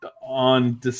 on